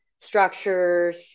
structures